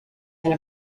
and